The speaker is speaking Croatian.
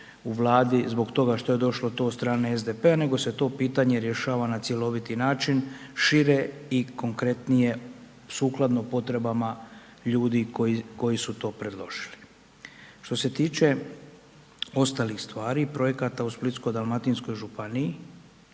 u Vladi zbog toga što je došlo to od strane SDP-a, nego se to pitanje rješava na cjeloviti način, šire i konkretnije sukladno potrebama ljudi koji su to predložili. Što se tiče ostalih stvari i projekata u Splitsko-dalmatinskoj županiji,